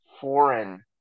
foreign